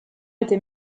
été